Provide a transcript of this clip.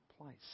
place